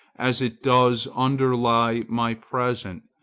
as it does underlie my present,